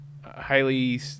highly